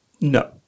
no